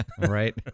Right